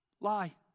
Lie